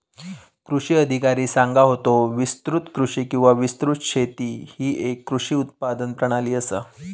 कृषी अधिकारी सांगा होतो, विस्तृत कृषी किंवा विस्तृत शेती ही येक कृषी उत्पादन प्रणाली आसा